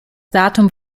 datum